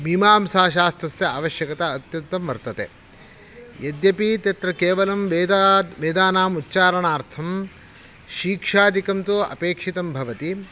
मीमांसाशास्त्रस्य आवश्यकता अत्यन्तं वर्तते यद्यपि तत्र केवलं वेदात् वेदानाम् उच्चारणार्थं शिक्षादिकं तु अपेक्षितं भवति